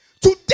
today